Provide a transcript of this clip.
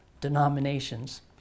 denominations